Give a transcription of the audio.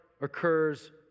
occurs